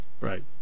Right